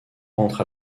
rentre